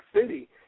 City